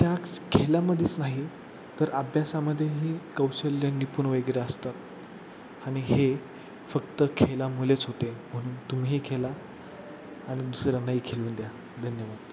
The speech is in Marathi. त्याच खेळामध्येच नाही तर अभ्यासामध्येही कौशल्य निपूण वैगेरे असतात आणि हे फक्त खेळामुळेच होते म्हणून तुम्हीही खेळा आणि दुसऱ्यांनाही खेळू द्या धन्यवाद